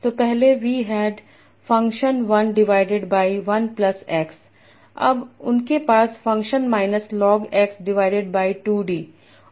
तो पहले we had function १ divided by १ plus x अब उनके पास function minus log x divided by 2 d